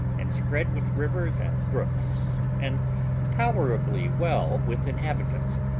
and spread with rivers and brooks, and tolerably well with inhabitants,